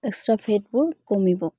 extra ফেটবোৰ কমিব